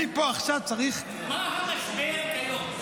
אני פה עכשיו צריך --- מה המשבר כיום?